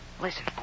Listen